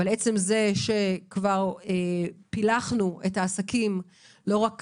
אבל עצם זה שכבר פילחנו את העסקים, לא רק קטן,